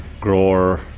grower